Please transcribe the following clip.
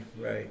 right